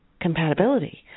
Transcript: compatibility